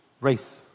race